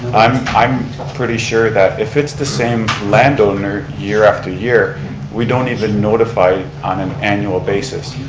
i'm i'm pretty sure that if it's the same landowner year after year we don't even notify on an annual basis.